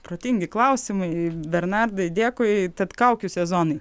protingi klausimai bernardai dėkui tad kaukių sezonai